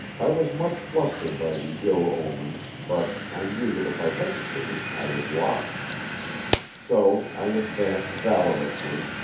i was much flustered by the ill omen, but i knew that if i hesitated i was lost so i advanced valorously,